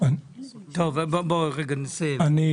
אותו בצורה הטובה ביותר שיכולה